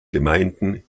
gemeinden